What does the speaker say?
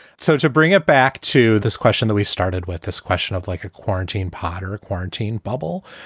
so to bring it back to this question that we started with this question of like a quarantine potter quarantine bubble,